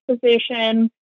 position